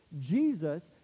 jesus